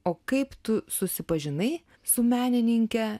o kaip tu susipažinai su menininke